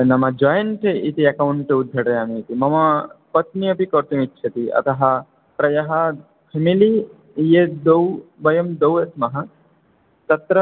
नाम जायिन्ट् इति अकौन्ट् उद्घटयामि इति मम पत्नी अपि कर्तुमिच्छति अतः प्रायः फ़ेमिली यद् द्वौ वयं द्वौ स्मः तत्र